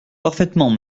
parfaitement